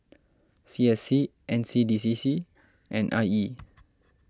C S C N C D C C and I E